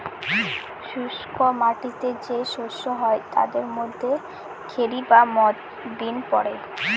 শুস্ক মাটিতে যে শস্য হয় তাদের মধ্যে খেরি বা মথ, বিন পড়ে